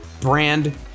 Brand